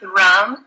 rum